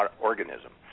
organism